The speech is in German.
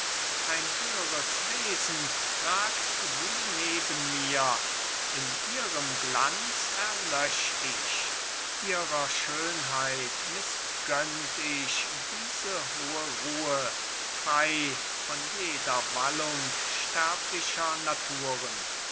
ein höhres wesen ragt sie neben mir in ihrem glanz erlösch ich ihrer schönheit mißgönnt ich diese hohe ruhe frei von jeder wallung sterblicher naturen